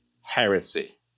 heresy